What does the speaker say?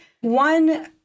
One